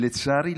לצערי,